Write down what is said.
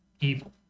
evil